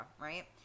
right